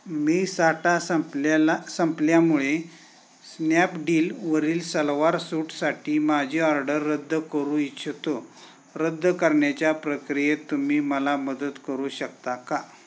मी साठा संपलेला संपल्यामुळे स्नॅपडीलवरील सलवार सूटसाठी माझी ऑर्डर रद्द करू इच्छितो रद्द करण्याच्या प्रक्रियेत तुम्ही मला मदत करू शकता का